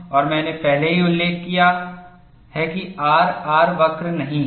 और मैंने पहले ही उल्लेख किया है कि R R वक्र नहीं है